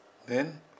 then